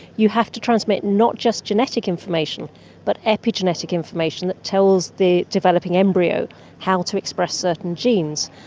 you have to transmit not just genetic information but epigenetic information that tells the developing embryo how to express certain genes.